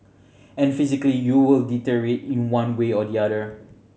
and physically you will deteriorate in one way or the other